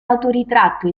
autoritratto